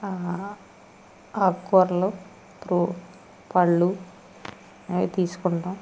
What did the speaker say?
ఆకుకూరలు పు పళ్ళు అవి తీసుకుంటాం